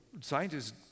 scientists